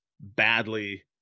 badly